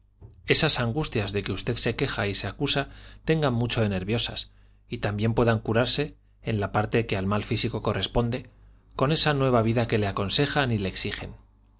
esas angustias de que usted se queja y se acusa tengan mucho de nerviosas y también puedan curarse en la parte que al mal físico corresponde con esa nueva vida que le aconsejan y le exigen